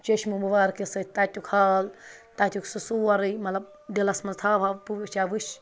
چٔشمہٕ مُبارکہٕ سۭتۍ تَتیُٚک حال تَتیُٚک سُہ سورُے مطلب دِلَس منٛز تھاو ہا بہٕ وٕچھِ ہا وٕچھ